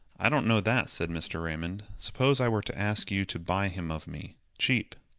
i don't know that, said mr. raymond. suppose i were to ask you to buy him of me cheap.